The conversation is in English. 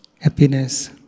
happiness